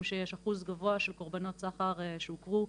שיש אחוז גבוה של קורבנות סחר שהוכרו,